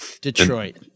Detroit